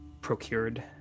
procured